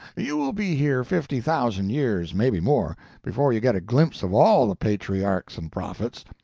you will be here fifty thousand years maybe more before you get a glimpse of all the patriarchs and prophets.